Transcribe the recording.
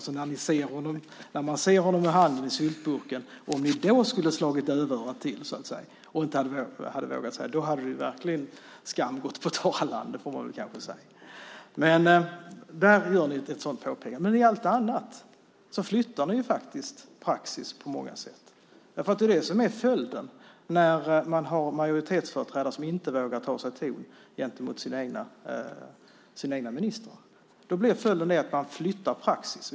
Om ni hade slagit dövörat till och inte vågat säga ifrån när ni såg honom med handen i syltburken hade verkligen skam gått på torra land. Det får man kanske säga. Där gör ni ett sådant påpekande, men i allt annat flyttar ni praxis på många sätt. Det blir följden när man har majoritetsföreträdare som inte vågar ta sig ton gentemot sina egna ministrar. Då blir följden att man flyttar praxis.